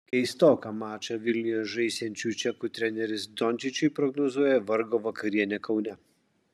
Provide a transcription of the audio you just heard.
keistoką mačą vilniuje žaisiančių čekų treneris dončičiui prognozuoja vargo vakarienę kaune